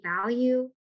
value